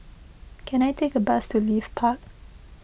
can I take a bus to Leith Park